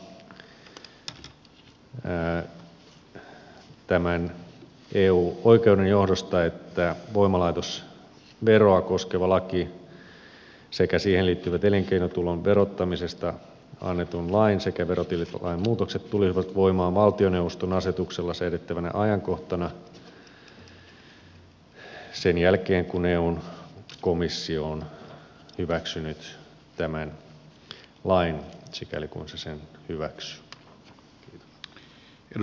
valiokunta ehdottaa tämän eu oikeuden johdosta että voimalaitosveroa koskeva laki sekä siihen liittyvät elinkeinotulon verottamisesta annetun lain sekä verotililain muutokset tulisivat voimaan valtioneuvoston asetuksella säädettävänä ajankohtana sen jälkeen kun eun komissio on hyväksynyt tämän lain sikäli kuin se sen hyväksyy